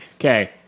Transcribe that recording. Okay